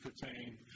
pertain